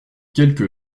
quelque